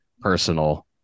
personal